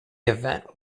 event